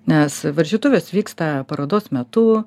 nes varžytuvės vyksta parodos metu